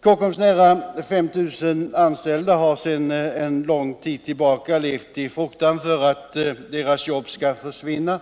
Kockums nära 5 000 anställda har sedan en lång tid tillbaka levt i fruktan för att deras jobb skall försvinna,